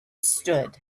stood